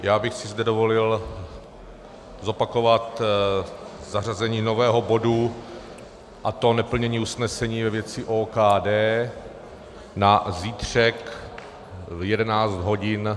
Já bych si zde dovolil zopakovat zařazení nového bodu, a to neplnění usnesení ve věci OKD, na zítřek v 11 hodin.